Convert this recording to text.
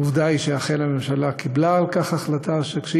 עובדה היא שאכן הממשלה קיבלה החלטה על כך,